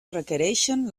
requereixen